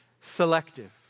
selective